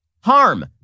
harm